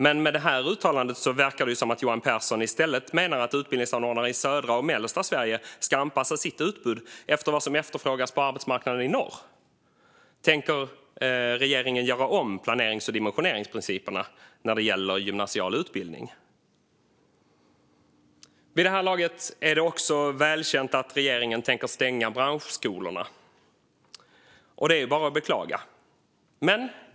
Men med detta uttalande verkar det som att Johan Pehrson i stället menar att utbildningsanordnare i södra och mellersta Sverige ska anpassa sitt utbud efter vad som efterfrågas på arbetsmarknaden i norr. Tänker regeringen göra om planerings och dimensioneringsprinciperna när det gäller gymnasial utbildning? Vid det här laget är det välkänt att regeringen tänker stänga branschskolorna, och det är bara att beklaga.